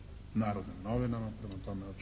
"Narodnim novinama", prema tome uopće